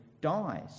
dies